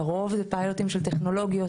לרוב אלה פיילוטים של טכנולוגיות,